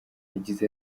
yagize